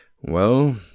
Well